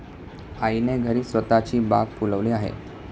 आईने घरीच स्वतःची बाग फुलवली आहे